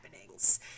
happenings